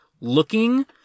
looking